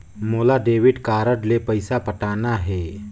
मोला debit card ले पइसा पटाना हे?